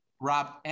Rob